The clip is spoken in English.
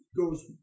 goes